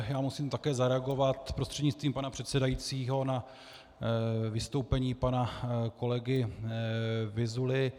Já musím také zareagovat prostřednictvím pana předsedajícího na vystoupení pana kolegy Vyzuly.